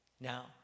now